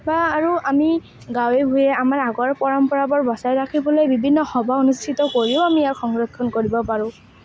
বা আৰু আমি গাঁৱে ভূঞে আমাৰ আগৰ পৰম্পৰাবোৰ বচাই ৰাখিবলৈ বিভিন্ন সভা অনুষ্ঠিত কৰিও আমি ইয়াক সংৰক্ষণ কৰিব পাৰোঁ